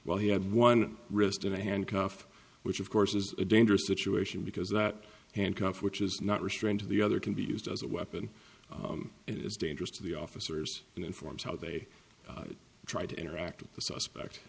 while he had one wrist and a handcuff which of course is a dangerous situation because that handcuff which is not restrained to the other can be used as a weapon and it is dangerous to the officers and informs how they try to interact with the suspect